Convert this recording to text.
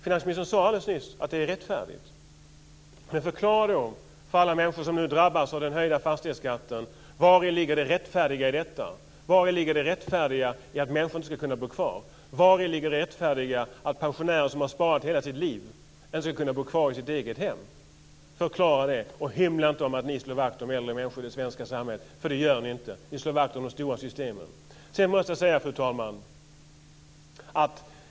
Finansministern sade alldeles nyss att det är rättfärdigt. Förklara för alla människor som nu drabbas av den höjda fastighetsskatten: Vari ligger det rättfärdiga i detta? Vari ligger det rättfärdiga i att människor inte ska kunna bo kvar? Vari ligger det rättfärdiga i att pensionärer som har sparat i hela sitt liv inte ska kunna bo kvar i sitt eget hem? Förklara det. Hymla inte om att ni slår vakt om äldre människor i det svenska samhället, för det gör ni inte. Ni slår vakt om de stora systemen. Fru talman!